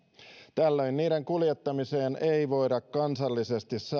tällöin niiden kuljettamiseen ei voida kansallisesti